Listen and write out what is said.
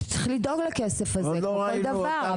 צריך לדאוג לכסף הזה, כמו כל דבר.